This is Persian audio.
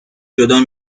جدا